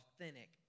authentic